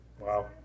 Wow